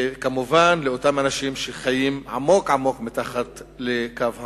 וכמובן על אותם אנשים שחיים עמוק עמוק מתחת לקו העוני.